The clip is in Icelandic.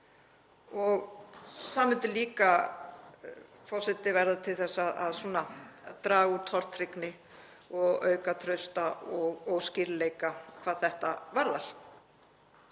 Það myndi líka, forseti, verða til þess að draga úr tortryggni og auka traust og skýrleika hvað þetta varðar.